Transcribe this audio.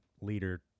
leader